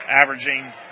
averaging